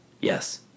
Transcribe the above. Yes